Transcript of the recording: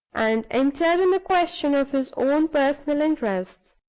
and entered on the question of his own personal interests,